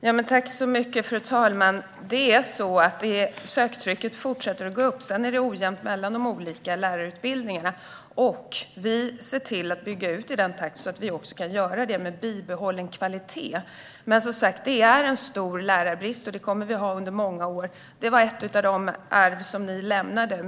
Fru talman! Söktrycket fortsätter att öka. Men det är ojämnt mellan de olika lärarutbildningarna. Vi ser till att bygga ut i en sådan takt att vi kan göra det med bibehållen kvalitet. Vi har som sagt en stor lärarbrist. Och det kommer vi att ha under många år. Det var ett av de arv som ni lämnade efter er, Erik Bengtzboe.